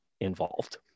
involved